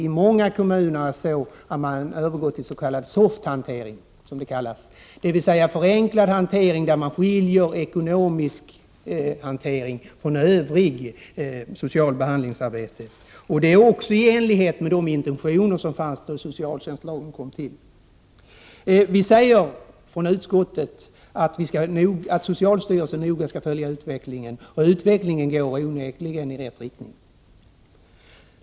I många kommuner har man dessutom övergått till s.k. SOFT-hantering, dvs. förenklad hantering där man skiljer ekonomisk hantering från övrigt socialt behandlingsarbete. Det är också i enlighet med de intentioner som fanns då socialtjänstlagen kom till. Vi säger från utskottet att socialstyrelsen noga skall följa utvecklingen, och utvecklingen går onekligen i rätt riktning.